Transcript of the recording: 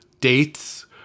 dates